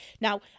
now